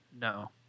No